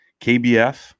kbf